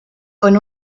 con